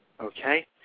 Okay